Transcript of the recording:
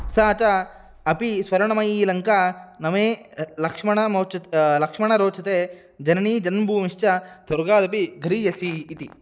सा च अपि स्वर्णमयी लङ्का न मे लक्ष्मण रोचते लक्ष्मण रोचते जननी जन्मभूमिश्च स्वर्गादपि गरीयसी इति